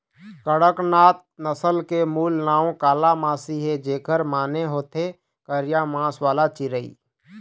कड़कनाथ नसल के मूल नांव कालामासी हे, जेखर माने होथे करिया मांस वाला चिरई